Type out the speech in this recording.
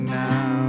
now